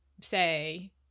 say